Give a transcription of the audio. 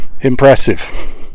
impressive